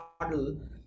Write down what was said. model